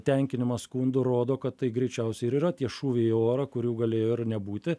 tenkinimas skundų rodo kad tai greičiausiai ir yra tie šūviai į orą kurių galėjo ir nebūti